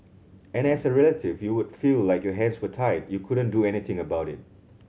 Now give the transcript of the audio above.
and as a relative you would feel like your hands were tied you couldn't do anything about it